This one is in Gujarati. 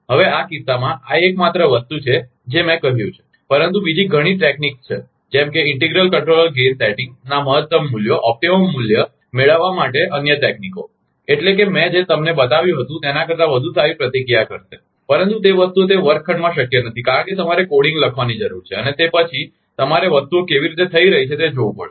હવે આ કિસ્સામાં આ એકમાત્ર વસ્તુ છે જે મેં કહ્યું છે પરંતુ બીજી ઘણી તકનીકો છે જેમ કે ઇન્ટિગ્રલ કંટ્રોલર ગેઇન સેટિંગ્સના મહત્તમ મૂલ્યો મેળવવા માટેની અન્ય તકનીકો એટલે કે જે મેં બતાવ્યું હતું તેના કરતા વધુ સારી પ્રતિક્રિયા આપશે પરંતુ તે વસ્તુઓ તે વર્ગખંડમાં શક્ય નથી કારણ કે તમારે કોડિંગ લખવાની જરૂર છે અને તે પછી તમારે વસ્તુઓ કેવી રીતે થઈ રહી છે તે જોવું પડશે